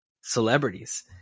celebrities